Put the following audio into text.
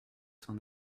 son